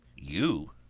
you.